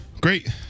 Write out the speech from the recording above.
great